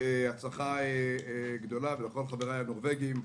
הצלחה גדולה, ולכל חבריי ה"נורבגים",